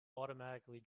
automatically